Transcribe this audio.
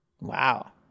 Wow